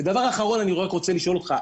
ודבר אחרון, אני רק רוצה לשאול אותך.